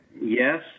yes